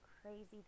Crazy